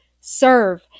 serve